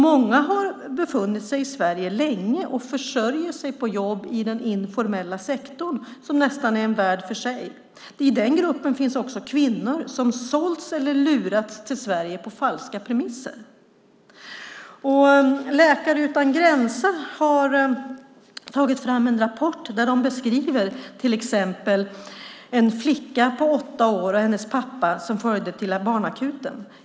Många har befunnit sig i Sverige länge och försörjer sig på jobb i den informella sektorn som nästan är en värld för sig. I den gruppen finns också kvinnor som sålts eller lurats till Sverige på falska premisser. Läkare utan gränser har tagit fram en rapport där de tar upp ett exempel med en flicka på åtta år och hennes pappa som följde med till barnakuten.